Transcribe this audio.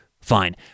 fine